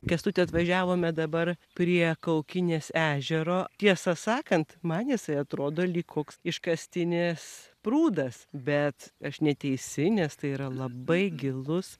kęstuti atvažiavome dabar prie kaukinės ežero tiesą sakant man jisai atrodo lyg koks iškastinis prūdas bet aš neteisi nes tai yra labai gilus